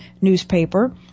newspaper